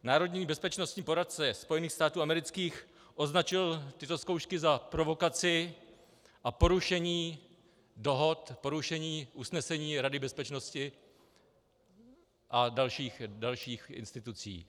Michael Flynn, národní bezpečnostní poradce Spojených států amerických, označil tyto zkoušky za provokaci a porušení dohod, porušení usnesení Rady bezpečnosti a dalších institucí.